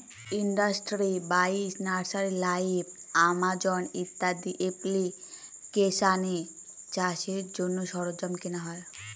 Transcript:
industry বাইশ, nursery live, Amazon ইত্যাদি এপ্লিকেশানে চাষের জন্য সরঞ্জাম কেনা হয়